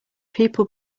people